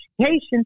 education